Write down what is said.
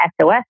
SOS